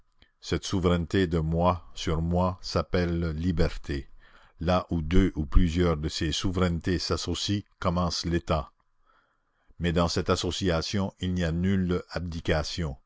cette souveraineté de moi sur moi s'appelle liberté là où deux ou plusieurs de ces souverainetés s'associent commence l'état mais dans cette association il n'y a nulle abdication